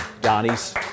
Donnie's